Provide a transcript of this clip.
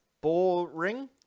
boring